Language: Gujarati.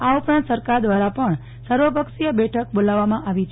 આ ઉપરાંત સરકાર દ્વારા પણ સર્વપક્ષીય બેઠક બોલાવવામાં આવી છે